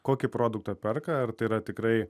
kokį produktą perka ar tai yra tikrai